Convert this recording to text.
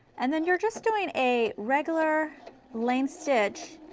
and then you're just doing a regular length stitch,